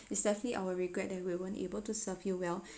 it's definitely our regret that we won't able to serve you well